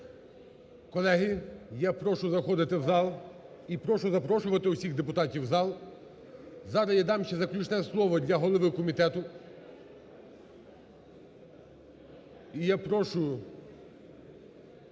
Колеги, я прошу заходити в зал і прошу запрошувати всіх депутатів у зал. Зараз я дам ще заключне слово для голови комітету.